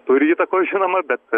turi įtakos žinoma bet